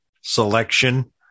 selection